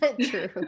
True